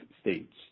states